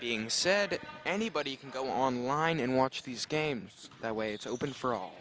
being said that anybody can go online and watch these games that way it's open for all